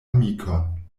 amikon